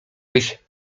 być